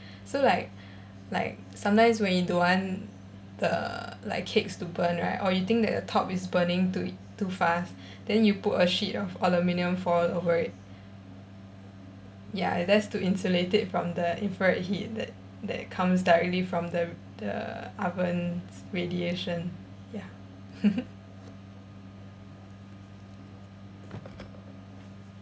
so like like sometimes when you don't want the like cakes to burn right or you think that the top is burning too too fast then you put a sheet of aluminium foil over it ya that's to insulate it from the infrared heat that that comes directly from the the oven's radiation ya